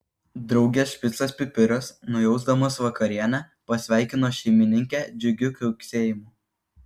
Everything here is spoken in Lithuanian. draugės špicas pipiras nujausdamas vakarienę pasveikino šeimininkę džiugiu kiauksėjimu